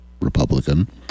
Republican